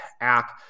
app